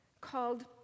called